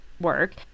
work